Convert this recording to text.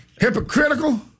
Hypocritical